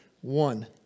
one